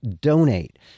Donate